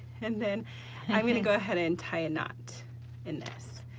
and then i'm gonna go ahead and tie a knot in this,